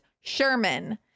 Sherman